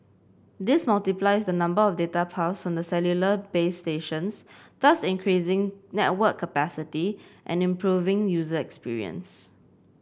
this multiplies the number of data paths from the cellular base stations thus increasing network capacity and improving user experience